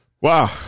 Wow